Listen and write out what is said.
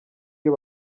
iyo